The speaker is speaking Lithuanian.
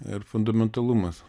ir fundamentalumas